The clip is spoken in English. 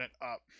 up